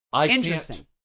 Interesting